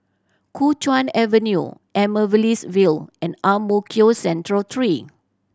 Kuo Chuan Avenue Amaryllis Ville and Ang Mo Kio Central Three